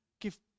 give